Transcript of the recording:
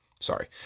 sorry